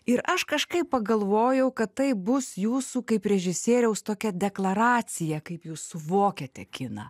ir aš kažkaip pagalvojau kad tai bus jūsų kaip režisieriaus tokia deklaracija kaip jūs suvokiate kiną